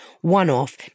one-off